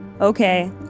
Okay